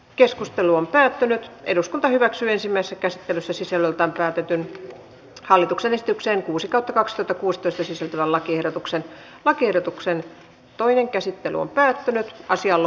keskustelu on päättänyt eduskunta hyväksyy ensimmäistä käsittelyssä sisällöltään päätetyn hallituksen esitykseen kuusikato kakskytäkuustosen sisältävän lakiehdotuksen ac ehdotuksen toinen käsittely keskeytettiin